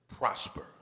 prosper